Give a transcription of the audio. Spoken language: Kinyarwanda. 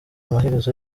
amaherezo